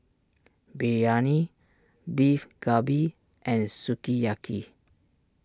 Biryani Beef Galbi and Sukiyaki